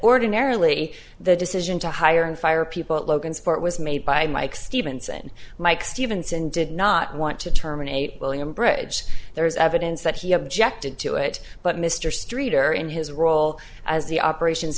ordinarily the decision to hire and fire people at logansport was made by mike stevenson mike stevenson did not want to terminate william bridge there was evidence that he objected to it but mr streeter in his role as the operations